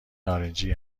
نارنجی